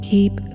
Keep